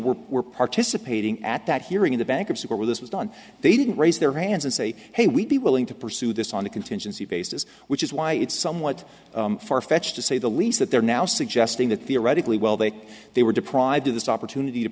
were were participating at that hearing in the bankruptcy were this was done they didn't raise their hands and say hey we'd be willing to pursue this on a contingency basis which is why it's somewhat farfetched to say the least that they're now suggesting that the erotically well they they were deprived of this opportunity to